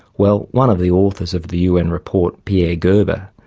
well one of the authors of the un report pierre gerber,